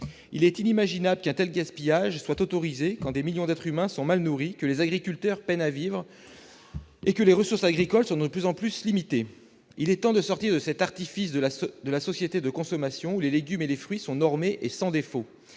Il est inimaginable qu'un tel gaspillage soit autorisé quand des millions d'êtres humains sont mal nourris, que les agriculteurs peinent à vivre et que les ressources agricoles sont de plus en plus limitées ! Il est temps de sortir de cet artifice de la société de consommation où les légumes et les fruits sont normés et sans défaut.